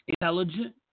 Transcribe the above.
intelligent